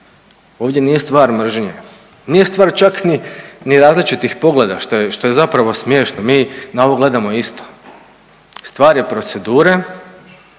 Ovdje nije stvar mržnje, nije stvar čak ni različitih pogleda što je zapravo smiješno. Mi na ovo gledamo isto. Stvar je procedure,